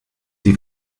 die